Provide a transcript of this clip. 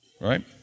right